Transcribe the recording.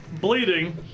bleeding